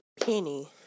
penny